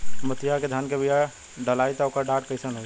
मोतिया धान क बिया डलाईत ओकर डाठ कइसन होइ?